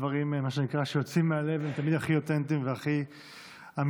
דברים שיוצאים מהלב הם תמיד הכי אותנטיים והכי אמיתיים.